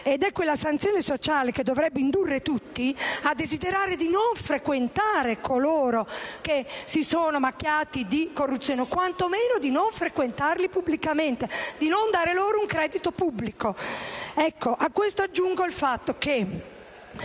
È quella sanzione sociale che dovrebbe indurre tutti a desiderare di non frequentare coloro che si sono macchiati di corruzione, quantomeno di non frequentarli pubblicamente, di non dare loro un credito pubblico. A questo aggiungo che